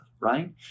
right